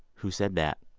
who said that?